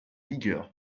vigueur